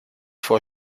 vor